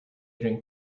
drink